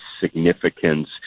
significance